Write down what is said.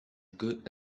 good